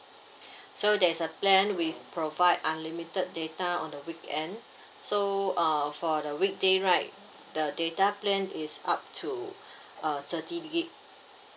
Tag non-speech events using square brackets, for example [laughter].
[breath] so there is a plan with provide unlimited data on the weekend so uh for the weekday right the data plan is up to [breath] uh thirty G_B